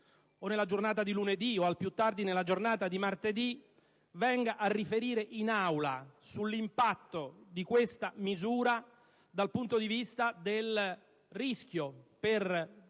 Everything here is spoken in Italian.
nella giornata di lunedì o al più tardi di martedì, venga a riferire in Aula sull'impatto di questa misura dal punto di vista del rischio per